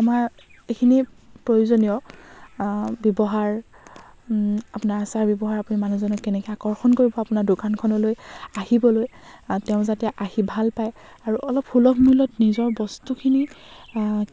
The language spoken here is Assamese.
আমাৰ এইখিনি প্ৰয়োজনীয় ব্যৱহাৰ আপোনাৰ আচাৰ ব্যৱহাৰ আপুনি মানুহজনক কেনেকৈ আকৰ্ষণ কৰিব আপোনাৰ দোকানখনলৈ আহিবলৈ তেওঁ যাতে আহি ভাল পায় আৰু অলপ সুলভ মূল্যত নিজৰ বস্তুখিনি